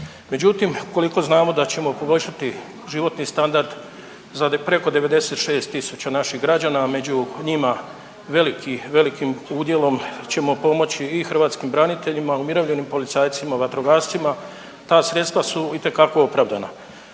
Međutim ukoliko znamo da ćemo poboljšati životni standard za preko 96 tisuća naših građana, a među njima veliki, velikim udjelom ćemo pomoći i hrvatskim braniteljima, umirovljenim policajcima i vatrogascima, ta sredstva su itekako opravdana.